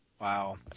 Wow